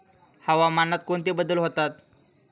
हवामानात कोणते बदल होतात?